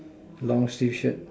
long sleeve shirt